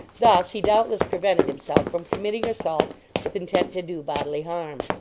thus he doubtless prevented himself from committing assault with intent to do bodily harm.